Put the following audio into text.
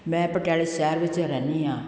ਮੈਂ ਪਟਿਆਲਾ ਸ਼ਹਿਰ ਵਿੱਚ ਰਹਿੰਦੀ ਹਾਂ